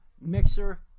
Mixer